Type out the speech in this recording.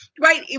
Right